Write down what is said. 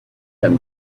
them